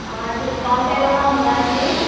discount ఏమైనా ఉందా అండి